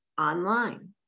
online